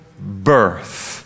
birth